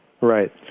Right